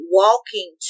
walking